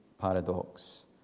paradox